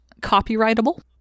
copyrightable